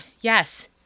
Yes